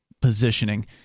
positioning